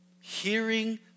Hearing